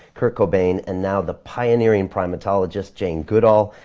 kurt cobain, and now the pioneering primatologist, jane goodall.